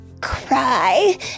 cry